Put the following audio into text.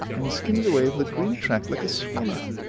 and skims away over the green track like a swallow,